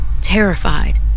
Terrified